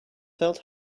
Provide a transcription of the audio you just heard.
felt